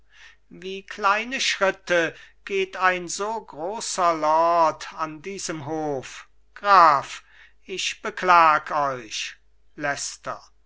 wie kleine schritte geht ein so großer lord an diesem hof graf ich beklag euch